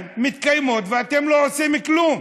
ואתם לא עושים כלום,